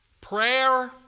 prayer